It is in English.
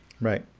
right